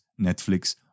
Netflix